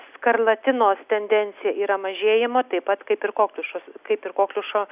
skarlatinos tendencija yra mažėjimo taip pat kaip ir kokliušas kaip ir kokliušo